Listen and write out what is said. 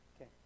Okay